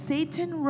Satan